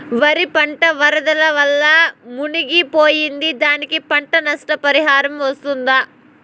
వరి పంట వరదల వల్ల మునిగి పోయింది, దానికి పంట నష్ట పరిహారం వస్తుందా?